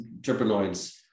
terpenoids